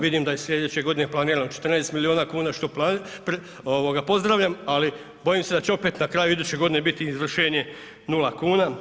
Vidim da je sljedeće godine planirano 14 milijuna kuna što pozdravljam, ali bojim se da će opet na kraju iduće godine biti izvršenje nula kuna.